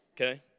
okay